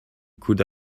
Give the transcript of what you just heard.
could